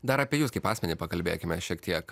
dar apie jus kaip asmenį pakalbėkime šiek tiek